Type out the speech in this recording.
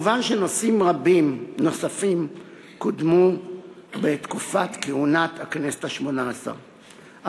מובן שנושאים רבים נוספים קודמו בתקופת כהונת הכנסת השמונה-עשרה,